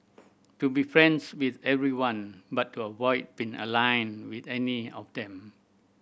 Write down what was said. to be friends with everyone but to avoid being aligned with any of them